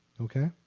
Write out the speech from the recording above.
Okay